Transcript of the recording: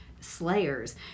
slayers